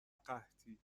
قحطی